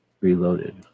Reloaded